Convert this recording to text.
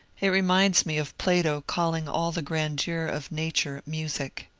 it remmds me of plato calling all the grandeur of nature music.